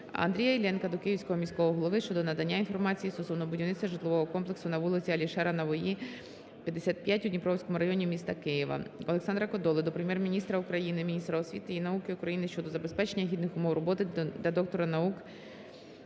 Андрія Іллєнка до Київського міського голови щодо надання інформації стосовно будівництва житлового комплексу на вулиці Алішера-Навої, 55 у Дніпровському районі міста Києва. Олександра Кодоли до Прем'єр-міністра України, міністра освіти і науки України щодо забезпечення гідних умов роботи для доктора наук,